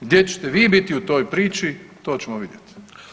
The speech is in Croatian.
Gdje ćete vi biti u toj priči, to ćemo vidjet.